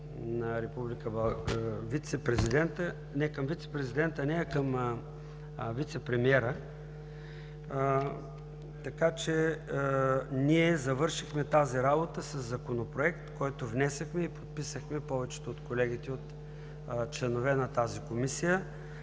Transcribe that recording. такава имаше и към вицепремиера. Ние завършихме тази работа със Законопроект, който внесохме и подписахме повечето от колегите – членове на тази комисия.